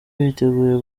biteguye